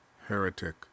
heretic